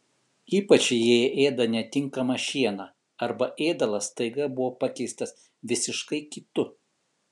ypač jei jie ėda netinkamą šieną arba ėdalas staiga buvo pakeistas visiškai kitu